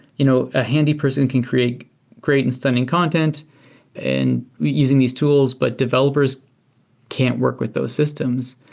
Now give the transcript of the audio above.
you know a handy person can create great and stunning content and using these tools, but developers can't work with those systems.